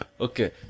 Okay